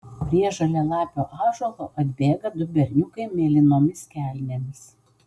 prie žalialapio ąžuolo atbėga du berniukai mėlynomis kelnėmis